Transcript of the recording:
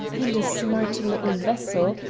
and a smart little vessel,